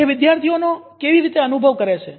તે વિદ્યાર્થીઓનો કેવી રીતે અનુભવ કરે છે